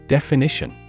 Definition